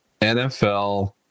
NFL